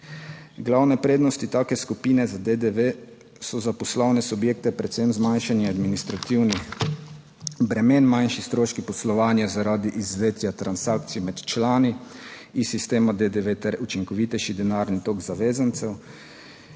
Glavne prednosti take skupine za DDV so za poslovne subjekte predvsem zmanjšanje administrativnih bremen, manjši stroški poslovanja zaradi izvvetja transakcij med člani iz sistema DDV ter učinkovitejši denarni tok zavezancev,